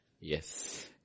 Yes